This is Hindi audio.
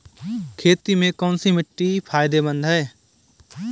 खेती में कौनसी मिट्टी फायदेमंद है?